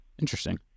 interesting